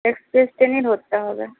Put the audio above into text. express ট্রেনই ধরতে হবে